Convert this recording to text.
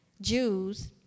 Jews